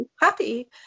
happy